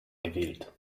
gewählt